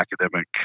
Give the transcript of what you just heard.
academic